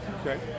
Okay